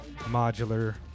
modular